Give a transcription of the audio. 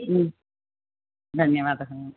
धन्यवादः